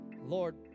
Lord